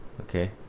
Okay